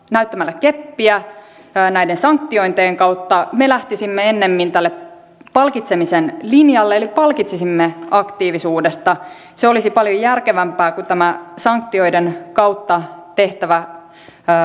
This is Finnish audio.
näyttämällä keppiä näiden sanktiointien kautta me lähtisimme edelleen tälle palkitsemisen linjalle eli palkitsisimme aktiivisuudesta se olisi paljon järkevämpää kuin tämä sanktioiden kautta tehtävä